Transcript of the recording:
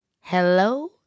Hello